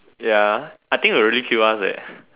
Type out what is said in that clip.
ya I think it will really kill us leh